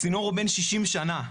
הצינור הוא בן 60 שנה.